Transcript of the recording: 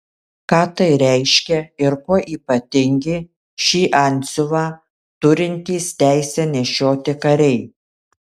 ką tai reiškia ir kuo ypatingi šį antsiuvą turintys teisę nešioti kariai